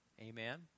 Amen